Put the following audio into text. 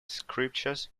scriptures